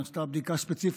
נעשתה בדיקה ספציפית,